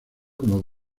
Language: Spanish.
como